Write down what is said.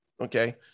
okay